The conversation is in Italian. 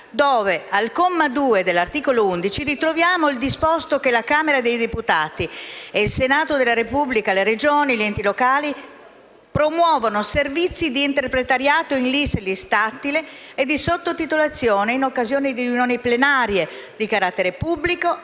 Al comma 2 dell'articolo 11 troviamo il disposto in base al quale la Camera dei deputati, il Senato della Repubblica, le Regioni e gli enti locali promuovono servizi d'interpretariato in LIS e LIS tattile e di sottotitolazione in occasione di riunioni plenarie di carattere pubblico